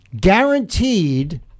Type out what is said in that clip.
Guaranteed